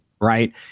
Right